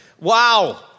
Wow